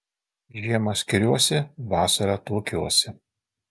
žiemą skiriuosi vasarą tuokiuosi